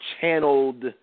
channeled